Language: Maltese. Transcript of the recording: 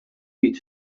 ftit